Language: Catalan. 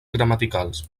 gramaticals